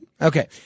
Okay